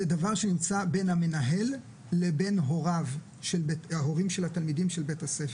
זה דבר שנמצא בין המנהל לבין ההורים של התלמידים של בית הספר.